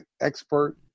expert